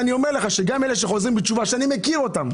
אני אומר לך שגם אלה שחוזרים בתשובה - שאני מכיר ואתם,